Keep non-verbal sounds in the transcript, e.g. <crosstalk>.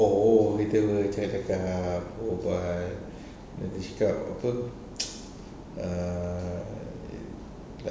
oh dia apa cakap-cakap oo buat dia cakap apa <noise> err